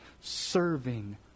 serving